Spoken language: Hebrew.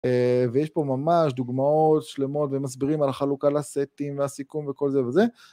ויש פה ממש דוגמאות שלמות ומסבירים על חלוקה לסטים והסיכום וכל זה וזה.